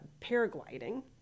paragliding